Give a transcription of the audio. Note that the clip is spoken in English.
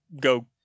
Go